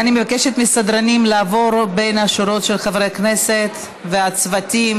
אני מבקשת מהסדרנים לעבור בין השורות של חברי הכנסת והצוותים,